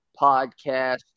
podcast